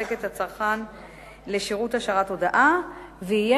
העוסק יעביר את הצרכן לשירות השארת הודעה ויהיה